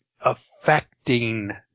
affecting